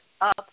up